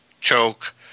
choke